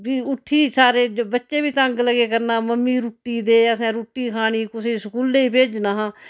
फ्ही उठी सारे बच्चे बी तंग लगे करना मम्मी रुट्टी दे असें रुट्टी खानी कुसै स्कूले भेजना हा